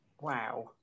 Wow